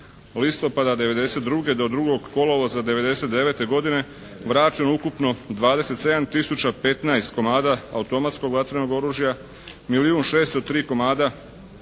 listopada '92. do 2. kolovoza '99. godine vraćeno ukupno 27 tisuća 15 komada automatskog vatrenog oružja, milijun 603 komada